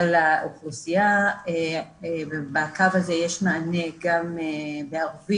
האוכלוסייה ובקו הזה יש מענה גם בערבית